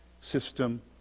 system